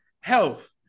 Health